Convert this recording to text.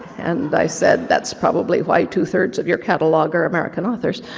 and i said, that's probably why two thirds of your catalog are american authors.